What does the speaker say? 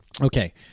Okay